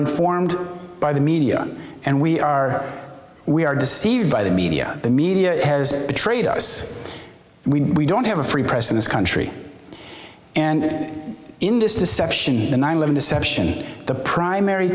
informed by the media and we are we are deceived by the media the media has betrayed us we don't have a free press in this country and in this deception in the nine eleven deception the primary